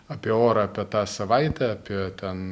apie orą apie tą savaitę apie ten